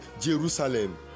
Jerusalem